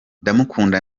ndamukunda